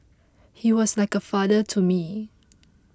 he was like a father to me